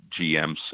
GMs